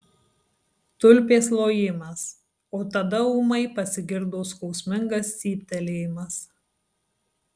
tulpės lojimas o tada ūmai pasigirdo skausmingas cyptelėjimas